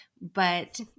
but-